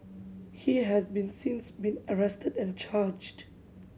he has been since been arrested and charged